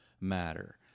Matter